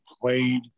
played